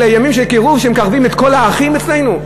אלה ימים של קירוב, שמקרבים את כל האחרים אצלנו?